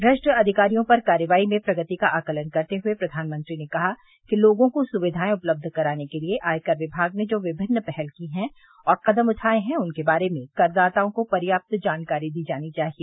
भ्रष्ट अविकारियों पर कार्रवाई में प्रगति का आकलन करते हए प्रधानमंत्री ने कहा कि लोगों को सुविघाएं उपलब्ध कराने के लिए आयकर विभाग ने जो विभिन्न पहल की हैं और कदम उठाए हैं उनके बारे में करदाताओं को पर्याप्त जानकारी दी जानी चाहिए